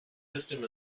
system